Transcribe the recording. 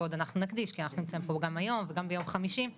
ועוד נקדיש כי אנחנו נמצאים פה גם היום וגם ביום חמישי,